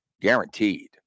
Guaranteed